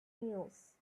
news